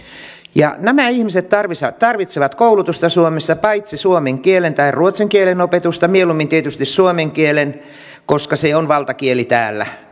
nämä ihmiset tarvitsevat koulutusta suomessa suomen kielen tai ruotsin kielen opetusta mieluummin tietysti suomen kielen koska se on valtakieli täällä